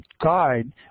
guide